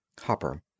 Hopper